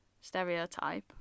stereotype